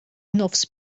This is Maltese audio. nofs